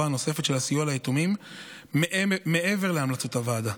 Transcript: נוספת של הסיוע ליתומים מעבר להמלצות הוועדה.